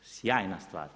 Sjajna stvar!